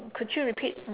could you repeat